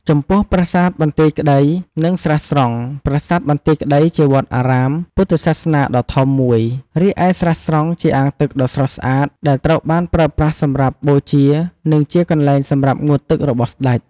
ចំពោះ ប្រាសាទបន្ទាយក្តី និង ស្រះស្រង់ ប្រាសាទបន្ទាយក្តីជាវត្តអារាមពុទ្ធសាសនាដ៏ធំមួយ រីឯស្រះស្រង់ជាអាងទឹកដ៏ស្រស់ស្អាតដែលត្រូវបានប្រើប្រាស់សម្រាប់បូជា និងជាកន្លែងសម្រាប់ងូតទឹករបស់ស្តេច។